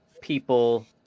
people